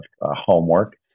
homework